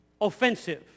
offensive